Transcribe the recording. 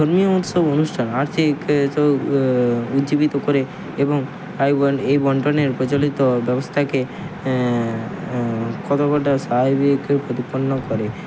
ধর্মীয় উৎসব অনুষ্ঠান আর ঠিক সব উজ্জীবিত করে এবং তাই বল এই বন্টনের প্রচলিত ব্যবস্তাকে কতো কটা স্বাভাবিককে প্রতিপন্ন করে